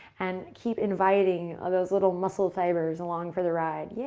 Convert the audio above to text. and keep inviting all those little muscle fibers along for the ride. yeah